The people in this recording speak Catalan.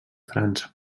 frança